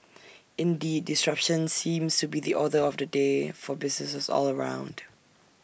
indeed disruption seems to be the order of the day for businesses all round